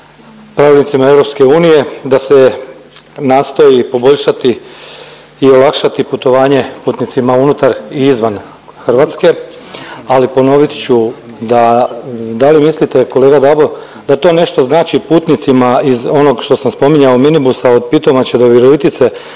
pravilnicima EU, da se nastoji poboljšati i olakšati putovanje putnicima unutar i izvan Hrvatske. Ali ponovit ću da li mislite kolega Dabo da to nešto znači putnicima iz onog što sam spominjao mini busa od Pitomače do Virovitice